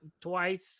twice